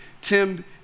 Tim